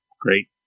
great